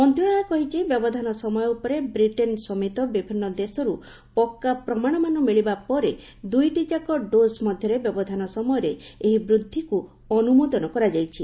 ମନ୍ତ୍ରଣାଳୟ କହିଛି ବ୍ୟବଧାନ ସମୟ ଉପରେ ବ୍ରିଟେନ୍ ସମେତ ବିଭିନ୍ନ ଦେଶରୁ ପକା ପ୍ରମାଣମାନ ମିଳିବା ପରେ ଦୁଇଟିଯାକ ଡୋଜ୍ ମଧ୍ୟରେ ବ୍ୟବଧାନ ସମୟରେ ଏହି ବୃଦ୍ଧିକୁ ଅନୁମୋଦନ କରାଯାଇଛି